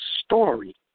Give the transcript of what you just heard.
story